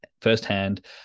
firsthand